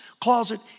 closet